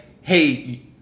hey